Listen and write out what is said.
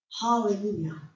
Hallelujah